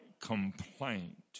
complaint